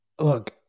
look